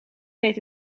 weet